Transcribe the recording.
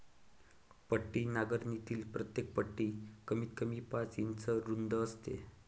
पट्टी नांगरणीतील प्रत्येक पट्टी कमीतकमी पाच इंच रुंद असते